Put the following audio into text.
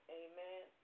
amen